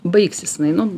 baigsis jinai nu